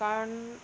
কাৰণ